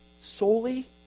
solely